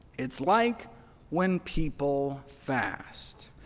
it's like when people fast.